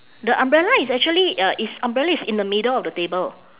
the umbrella is actually uh is umbrella is in the middle of the table